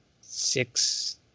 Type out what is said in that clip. six